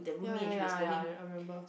ya ya ya ya I I remember